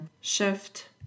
shift